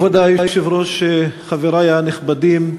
כבוד היושב-ראש, חברי הנכבדים,